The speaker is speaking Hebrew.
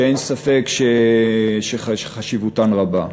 שאין ספק שחשיבותן רבה.